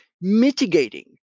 mitigating